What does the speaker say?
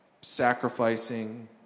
sacrificing